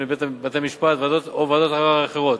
בפני בתי-משפט או ועדות ערר אחרות.